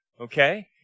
okay